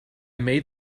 made